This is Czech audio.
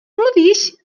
mluvíš